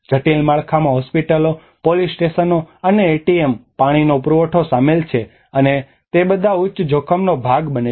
જટિલ માળખામાં હોસ્પિટલો પોલીસ સ્ટેશનો અને એટીએમ પાણીનો પુરવઠો શામેલ છે અને તે બધા ઉચ્ચ જોખમનો ભોગ બને છે